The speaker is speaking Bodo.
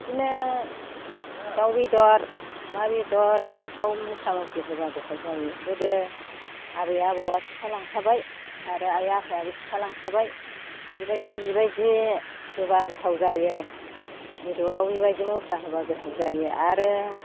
बिदिनो दाव बेदर अमा बेदर बेफोराव मस्ला मस्लि होबा गोथाव जायो गोदो आबै आबौवा खिथालांखाबाय आरो आइ आफायाबो खिथालांखाबाय बिबायदि बिबायदि होबा गोथाव जायो बेदराव बेबायदि मस्ला होबा गोथाव जायो आरो